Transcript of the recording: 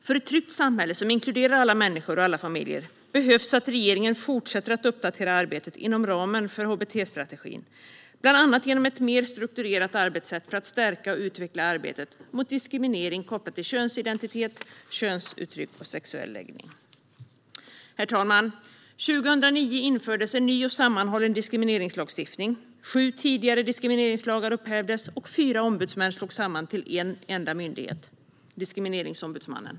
För ett tryggt samhälle som inkluderar alla människor och alla familjer behövs att regeringen fortsätter att uppdatera arbetet inom ramen för hbt-strategin, bland annat genom ett mer strukturerat arbetssätt för att stärka och utveckla arbetet mot diskriminering kopplat till könsidentitet, könsuttryck och sexuell läggning. Herr talman! År 2009 infördes en ny och sammanhållen diskrimineringslagstiftning. Sju tidigare diskrimineringslagar upphävdes, och fyra ombudsmän slogs samman till en enda myndighet: Diskrimineringsombudsmannen.